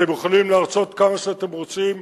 אתם יכולים להרצות כמה שאתם רוצים,